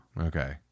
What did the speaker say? Okay